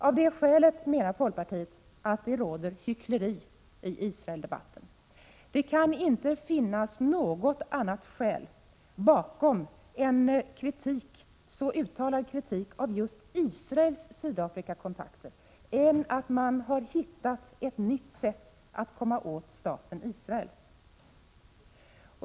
Av de skälen menar folkpartiet att det råder hyckleri i Israeldebatten. Det kan inte finnas något annat skäl bakom en så uttalad kritik av just Israels Sydafrikakontakter än att man har hittat ett nytt sätt att komma åt staten Israel.